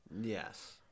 Yes